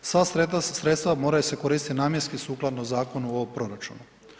Sva sredstva moraju se koristiti namjenski sukladno Zakonu o proračunu.